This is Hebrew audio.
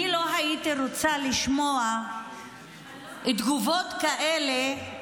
אני לא הייתי רוצה לשמוע במקרים אחרים תגובות כאלה,